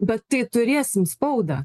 bet tai turėsim spaudą